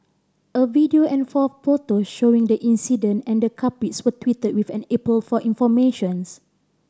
a video and four photos showing the incident and the culprits were tweeted with an appeal for information